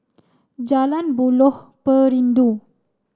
Jalan Buloh Perindu